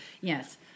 Yes